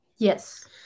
yes